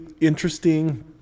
interesting